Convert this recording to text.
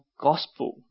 gospel